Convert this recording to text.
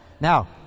Now